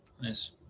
Nice